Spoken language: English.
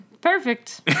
Perfect